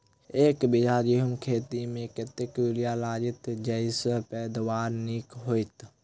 एक बीघा गेंहूँ खेती मे कतेक यूरिया लागतै जयसँ पैदावार नीक हेतइ?